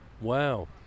Wow